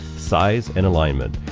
size and alignment.